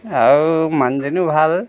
আৰু মানুহজনো ভাল